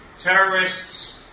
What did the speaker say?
Terrorists